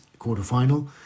quarterfinal